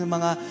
mga